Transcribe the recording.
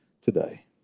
today